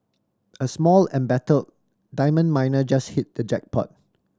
a small embattled diamond miner just hit the jackpot